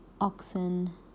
oxen